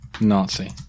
Nazi